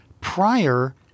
prior